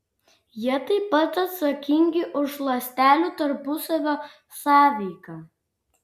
jie taip pat atsakingi už ląstelių tarpusavio sąveiką